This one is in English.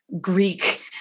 Greek